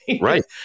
Right